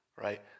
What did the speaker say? right